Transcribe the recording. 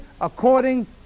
according